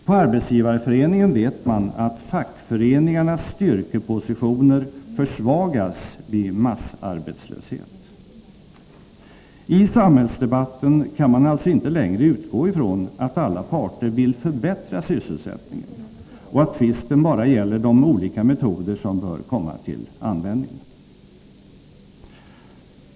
På Arbetsgivareföreningen vet man att fackföreningarnas styrkepositioner försvagas vid massarbetslöshet. I samhällsdebatten kan man alltså inte längre utgå ifrån att alla parter vill förbättra sysselsättningen och att tvisten bara gäller de olika metoder som bör komma till användning.